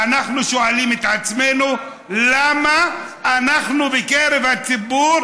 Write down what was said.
ואנחנו שואלים את עצמנו למה בקרב הציבור